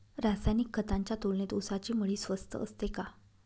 रासायनिक खतांच्या तुलनेत ऊसाची मळी स्वस्त असते का?